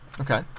Okay